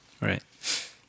Right